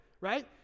right